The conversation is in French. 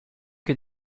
que